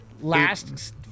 last